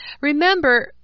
Remember